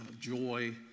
joy